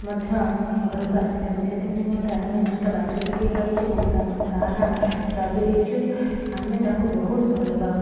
ମଧ୍ୟ ଘରୁକୁ ଆସିଥାନ୍ତି ସେଥି ନିମନ୍ତେ ଆମେ ଛୋଟ ବାଛୁରୀଟିଏ ପାଳିଛୁ ଏବଂ ତା ତା ନାଁ ରବି ଦେଇଛୁ ଆମେ ତାକୁ ବହୁତ ଭଲପାଉ